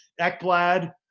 ekblad